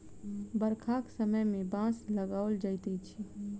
बरखाक समय मे बाँस लगाओल जाइत अछि